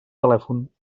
telèfon